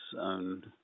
own